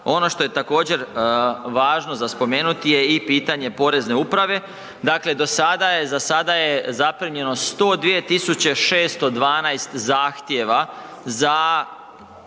Ono što je također važno za spomenuti je i pitanje Porezne uprave, dakle do sada je, za sada je zaprimljeno 102.612 zahtjeva za